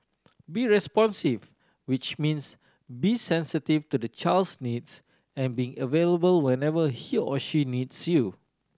be responsive which means be sensitive to the child's needs and being available whenever he or she needs you